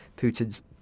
Putin's